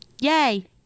Yay